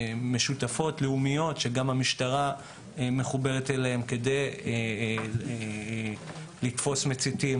משותפות-לאומיות שגם המשטרה מחוברת אליהן כדי לתפוס מציתים,